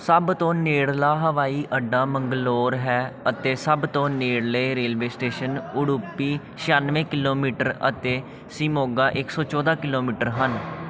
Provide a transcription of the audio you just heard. ਸਭ ਤੋਂ ਨੇੜਲਾ ਹਵਾਈ ਅੱਡਾ ਮੰਗਲੌਰ ਹੈ ਅਤੇ ਸਭ ਤੋਂ ਨੇੜਲੇ ਰੇਲਵੇ ਸਟੇਸ਼ਨ ਉਡੁਪੀ ਛਿਆਨਵੇਂ ਕਿਲੋਮੀਟਰ ਅਤੇ ਸ਼ਿਮੋਗਾ ਇੱਕ ਸੌ ਚੌਦ੍ਹਾਂ ਕਿਲੋਮੀਟਰ ਹਨ